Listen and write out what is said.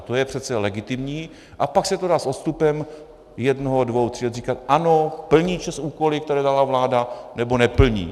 To je přece legitimní a pak se dá s odstupem jednoho, dvou, tří let říkat: ano, plní ČEZ úkoly, které dala vláda, nebo neplní?